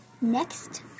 next